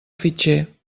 fitxer